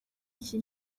iki